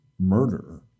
murder